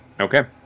Okay